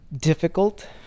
difficult